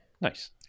nice